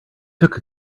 took